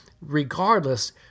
regardless